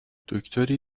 دکتری